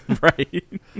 Right